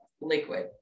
liquid